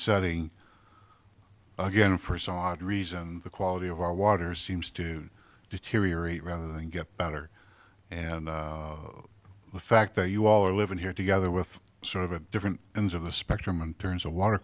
setting again for some odd reason the quality of our water seems to deteriorate rather than get better and the fact that you all are living here together with sort of a different ends of the spectrum in terms of water